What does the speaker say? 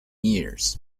years